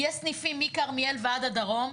יש סניפים מכרמיאל ועד הדרום.